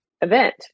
event